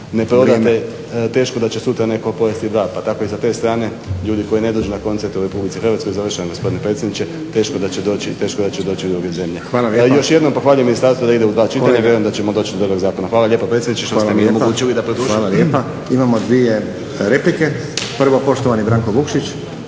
ne prodate teško da će sutra netko pojesti dva, pa tako i sa te strane ljudi koji ne dođu na koncert u RH, završavam gospodine predsjedniče, teško da će doći u druge zemlje. Još jednom pohvaljujem ministarstvo da ide u dva čitanja. Vjerujem da ćemo doći do toga zakona. Hvala lijepo predsjedniče što ste mi omogućili da produžim. **Stazić, Nenad (SDP)** Hvala lijepa. Imamo dvije replike. Prvo poštovani Branko Vukšić.